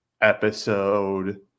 episode